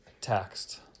taxed